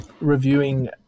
reviewing